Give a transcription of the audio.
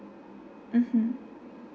mmhmm